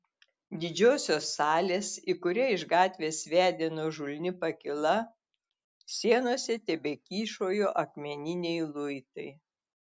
didžiosios salės į kurią iš gatvės vedė nuožulni pakyla sienose tebekyšojo akmeniniai luitai